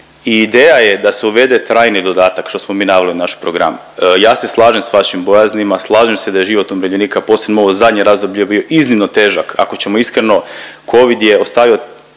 i ideja je da se uvede trajni dodatak, što smo mi naveli u našem programu. Ja se slažem s vašim bojaznima, slažem se da je život umirovljenika, posebno ovo zadnje razdoblje bio iznimno težak, ako ćemo iskreno. Covid je ostavio